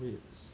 it's